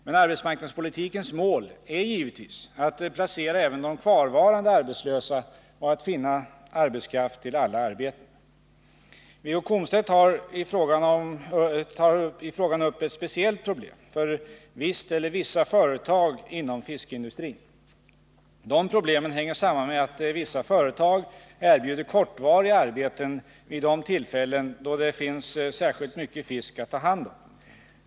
Men arbetsmarknadspolitikens mål är givetvis att placera även de kvarvarande arbetslösa och att finna arbetskraft till alla arbeten. Wiggo Komstedt tar i frågan upp ett speciellt problem för visst eller vissa företag inom fiskindustrin. De problemen hänger samman med att vissa företag erbjuder kortvariga arbeten vid de tillfällen då det finns särskilt mycket fisk att ta hand om.